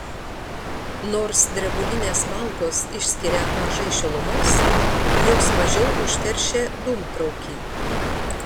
nors drebulinės malkos išskiria mažai šilumos jos mažiau užteršia dūmtraukį